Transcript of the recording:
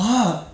!huh!